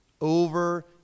over